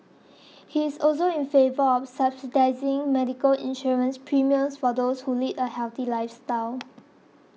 he is also in favour of subsidising medical insurance premiums for those who lead a healthy lifestyle